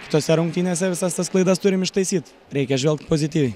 kitose rungtynėse visas tas klaidas turim ištaisyt reikia žvelgt pozityviai